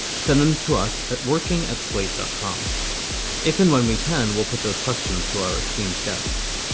send them to us at working at slate dotcom if and when we can. we'll put those questions to our esteemed guests.